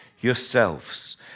yourselves